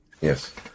Yes